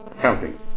Counting